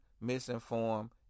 misinformed